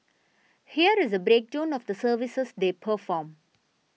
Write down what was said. here is a breakdown of the services they perform